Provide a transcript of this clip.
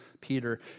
Peter